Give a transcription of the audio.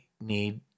need